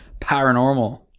paranormal